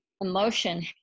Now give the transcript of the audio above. emotion